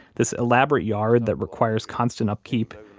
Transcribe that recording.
this elaborate yard that requires constant upkeep.